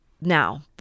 now